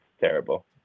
terrible